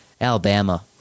Alabama